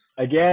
Again